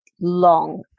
long